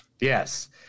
Yes